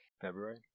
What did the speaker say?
February